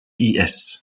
pis